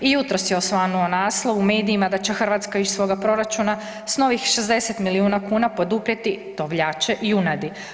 I jutros je osvanuo naslov u medijima da će Hrvatska iz svoga proračuna s novih 60 milijuna kuna poduprijeti tovljače junadi.